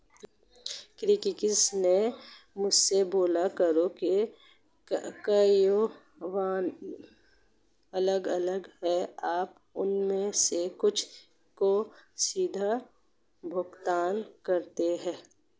ऋषिकेश ने मुझसे बोला करों का कार्यान्वयन अलग अलग है आप उनमें से कुछ को सीधे भुगतान करते हैं